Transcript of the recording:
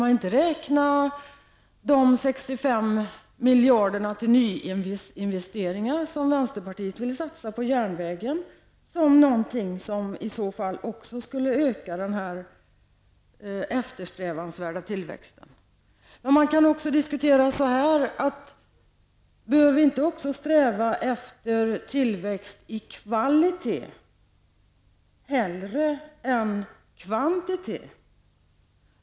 Är inte de 65 miljarder som vänsterpartiet vill satsa på nyinvesteringar i järnväg också något som ökar den eftersträvansvärda tillväxten? Man kan också resonera så här: Bör vi inte sträva efter tillväxt i kvalitet hellre än tillväxt i kvantitet?